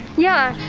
yeah,